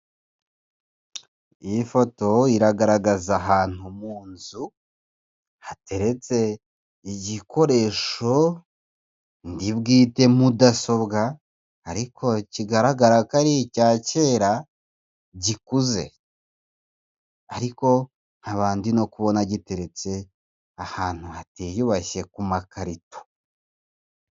Iyi foto iragaragaza ahantu mu nzu hateretse igikoresho ndi bwite mudasobwa ariko kigaragara ko ari icya kera gikuze ariko nkaba ndi no kubona giteretse ahantu hatiyubashye ku makarito.